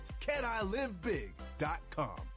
canilivebig.com